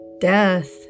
death